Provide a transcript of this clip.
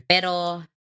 pero